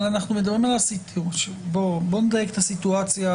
בואו נדייק את הסיטואציה,